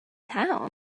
town